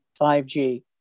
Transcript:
5G